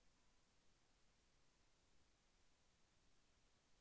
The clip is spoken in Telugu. బంగారు ఋణంకి వడ్డీ ఎంతో చెప్పగలరా?